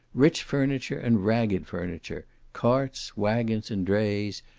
rich furniture and ragged furniture, carts, waggons, and drays,